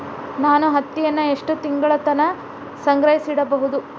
ನಾನು ಹತ್ತಿಯನ್ನ ಎಷ್ಟು ತಿಂಗಳತನ ಸಂಗ್ರಹಿಸಿಡಬಹುದು?